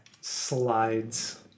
slides